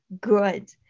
good